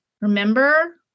remember